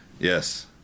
Yes